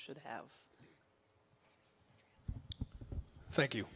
should have thank you